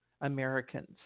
Americans